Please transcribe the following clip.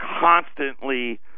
constantly